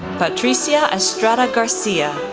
patricia estrada garcia,